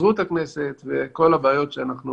התפזרות הכנסת וכל הבעיות שאנחנו